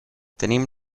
tenim